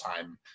time